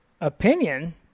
opinion